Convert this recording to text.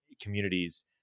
communities